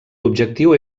l’objectiu